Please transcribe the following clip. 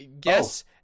guess